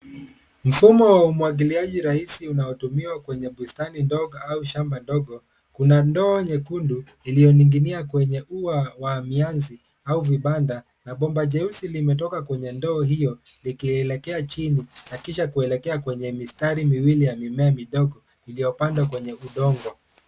Mfumo wa umwagiliaji rahisi unaotumiwa kwenye bustani ndogo au shamba dogo. Kuna ndoo nyekundu iliyoning'inia kwenye ua wa mianzi au vibanda na bomba jeusi limetoka kwenye ndoo hiyo likielekea chini na kisha kuelekea kwenye mistari miwili ya mimea midogo iliyopandwa kwenye udongo.